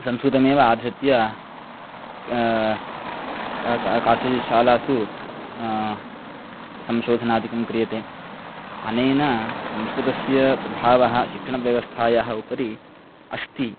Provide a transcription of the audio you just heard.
संस्कृतमेव आधृत्य का का कासुचित् शालासु संशोधनाधिकं क्रियते अनेन संस्कृतस्य प्रभावः शिक्षणव्यवस्थायाः उपरि अस्ति